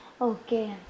Okay